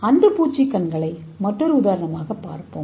அந்துப்பூச்சி கண்களின் மற்றொரு உதாரணத்தைப் பார்ப்போம்